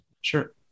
Sure